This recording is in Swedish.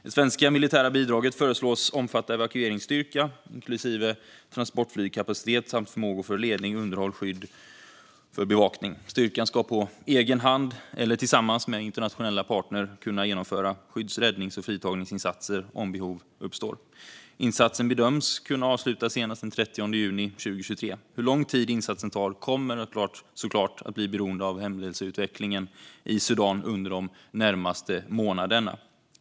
Det svenska militära bidraget föreslås omfatta evakueringsstyrka inklusive transportflygkapacitet samt förmågor för ledning, underhåll, skydd och bevakning. Styrkan ska på egen hand eller tillsammans med internationella partner kunna genomföra skydds, räddnings och fritagningsinsatser om behov uppstår. Insatsen bedöms kunna avslutas senast den 30 juni 2023. Hur lång tid insatsen tar kommer såklart att vara beroende av händelseutvecklingen i Sudan de närmaste månaderna.